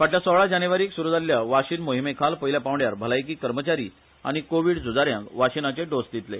फाटल्या सोळा जानेवारीक सुरू जाल्ल्या वाशीन मोहिमे खाला पयल्या पांवड्यार भलायकी कर्मचारी आनी कोवीड झुजा यांक वाशिनाचे डोस दितले